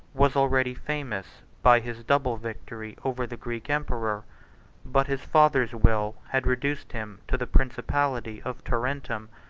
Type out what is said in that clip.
was already famous by his double victory over the greek emperor but his father's will had reduced him to the principality of tarentum,